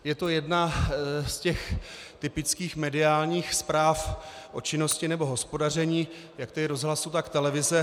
Je to jedna z těch typických mediálních zpráv o činnosti nebo hospodaření jak tedy rozhlasu, tak televize.